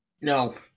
No